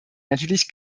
natürlich